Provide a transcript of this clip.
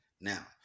now